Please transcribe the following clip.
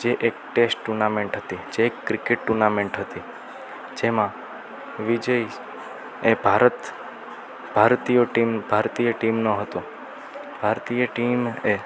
જે એક test tournament હતી જે એક ક્રિકેટ ટૂર્નામનેટ હતી જેમાં વિજય એ ભારત ભારતીય ટીમ ભારતીય ટીમનો હતો ભારતીય ટીમ એ